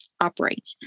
operate